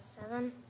Seven